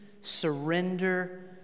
surrender